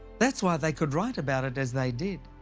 that's why they could write about it as they did.